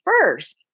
first